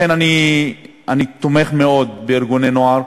לכן, אני תומך מאוד בארגוני נוער.